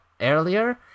earlier